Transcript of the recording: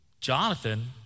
Jonathan